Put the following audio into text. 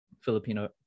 Filipino